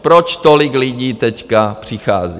Proč tolik lidí teď přichází?